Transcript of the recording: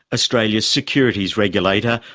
australia's securities regulator,